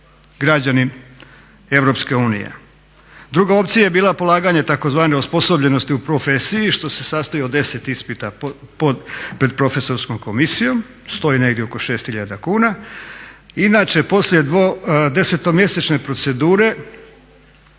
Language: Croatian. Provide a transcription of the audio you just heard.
građanin EU. Druga opcija je bila polaganje tzv. osposobljenosti u profesiji što se sastoji od 10 ispita pred profesorskom komisijom, stoji negdje oko 6 tisuća kuna. inače poslije desetomjesečne procedure